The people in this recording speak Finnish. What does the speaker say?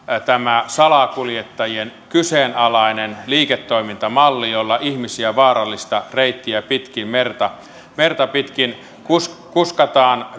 tämä salakuljettajien kyseenalainen liiketoimintamalli jolla ihmisiä vaarallista reittiä merta merta pitkin kuskataan kuskataan